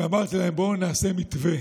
ואמרתי להם: בואו נעשה מתווה